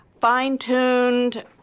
fine-tuned